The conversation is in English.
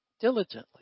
Diligently